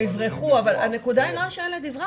לא, הם יברחו, אבל הנקודה היא לא שהילד יברח.